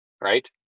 right